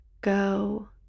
go